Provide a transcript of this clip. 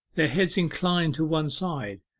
their heads inclined to one side,